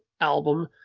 album